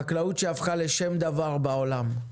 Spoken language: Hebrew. חקלאות שהפכה לשם דבר בעולם.